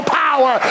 power